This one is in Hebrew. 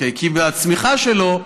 כי בצמיחה שלו,